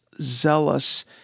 zealous